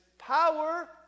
power